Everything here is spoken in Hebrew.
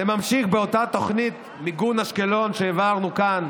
זה נמשך באותה תוכנית מיגון אשקלון שהעברנו כאן